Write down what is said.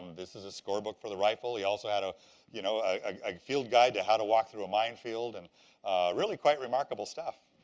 this is a scorebook for the rifle. he also had ah you know a field guide to how to walk through a minefield, and really quite remarkable stuff.